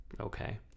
okay